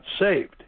saved